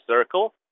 circle